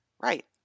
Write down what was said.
Right